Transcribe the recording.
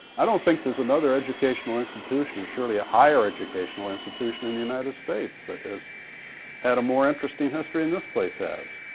i don't think there's another educational institution, or surely a higher educational institution, in the united states that has had a more interesting history than this place has.